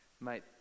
mate